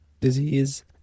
disease